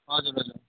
हजुर हजुर